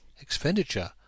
Expenditure